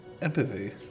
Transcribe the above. empathy